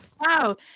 wow